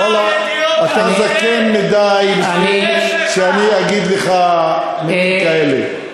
ואללה, אתה זקן מכדי שאגיד לך דברים כאלה.